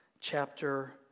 chapter